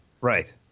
Right